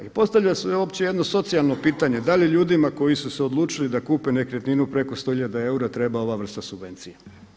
I postavlja se uopće jedno socijalno pitanje, da li ljudima koji su se odlučili da kupe nekretninu preko 100 hiljada eura treba ova vrsta subvencije?